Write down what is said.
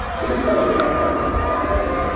this fellow can't help us with our writing.